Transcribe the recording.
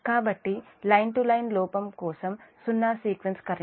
కాబట్టి line to line లోపం కోసం సున్నా సీక్వెన్స్ కరెంట్ లేదు